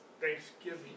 Thanksgiving